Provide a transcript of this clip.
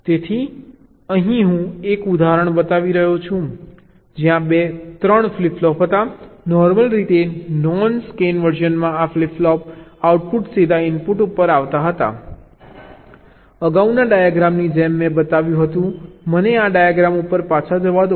તેથી અહીં હું એક ઉદાહરણ બતાવી રહ્યો છું જ્યાં 3 ફ્લિપ ફ્લોપ હતા નોર્મલ રીતે નોન સ્કેન વર્ઝનમાં આ ફ્લિપ ફ્લોપ આઉટપુટ સીધા ઇનપુટ ઉપર આવતા હતા અગાઉના ડાયાગ્રામની જેમ મેં બતાવ્યું હતું મને આ ડાયાગ્રામ ઉપર પાછા જવા દો